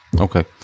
Okay